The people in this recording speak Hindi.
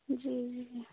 जी जी